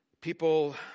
People